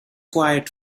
quiet